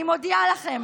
אני מודיעה לכם